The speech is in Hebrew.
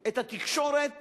את התקשורת